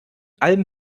allem